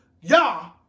Yah